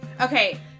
Okay